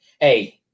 hey